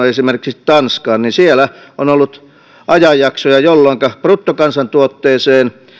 esimerkiksi tanskaan niin siellä on ollut ajanjaksoja jolloinka bruttokansantuotteeseen